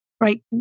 right